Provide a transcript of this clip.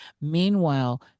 Meanwhile